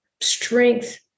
strength